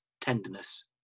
tenderness